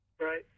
Right